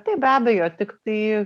taip be abejo tiktai